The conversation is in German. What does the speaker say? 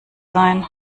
sein